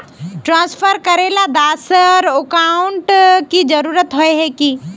Transfer करेला दोसर account की जरुरत होय है की?